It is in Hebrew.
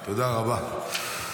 תודה רבה.